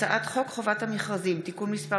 הצעת חוק חובת המכרזים (תיקון מס'